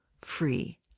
free